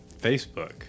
Facebook